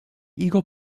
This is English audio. eagle